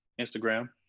Instagram